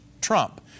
trump